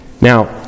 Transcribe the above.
Now